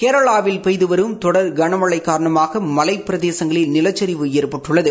கேரளாவில் பெய்து வரும் தொடர் கனமழை காரணமாக மலைப் பிரதேசங்களில் நிலச்சரிவு ஏற்பட்டுள்ளது